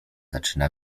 zaczyna